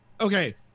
Okay